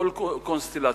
בכל קונסטלציה.